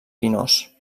pinós